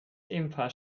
ebenfalls